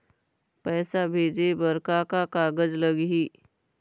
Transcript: पैसा भेजे बर का का कागज लगही?